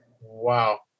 Wow